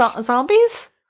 zombies